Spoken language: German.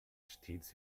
stets